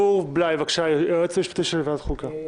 גור בליי, בבקשה, היועץ המשפטי של ועדת החוקה.